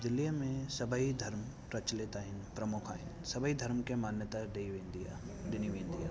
दिल्लीअ में सभेई धर्म प्रचलित आहिनि प्रमुख आहिनि सभेई धर्म खे मान्यता ॾेई वेंदी आहे ॾिनी वेंदी आहे